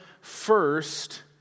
first